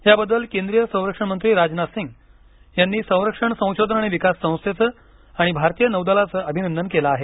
याबद्दल केंद्रीय संरक्षणमंत्री राजनाथ सिंह यांनी संरक्षण संशोधन आणि विकास संस्थेचं आणि भारतीय नौदलाचं अभिनंदन केलं आहे